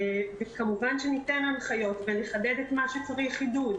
כמובן שניתן הנחיות ונחדד את מה שצריך חידוד.